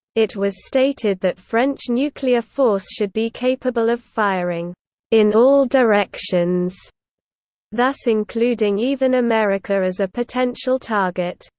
it was stated that french nuclear force should be capable of firing in all directions thus including even america as a potential target.